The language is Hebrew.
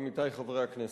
עמיתי חברי הכנסת,